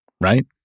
Right